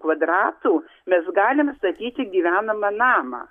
kvadratų mes galime statyti gyvenamą namą